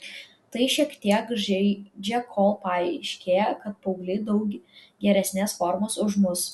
tai šiek tiek žeidžia kol paaiškėja kad paaugliai daug geresnės formos už mus